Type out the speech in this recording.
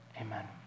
amen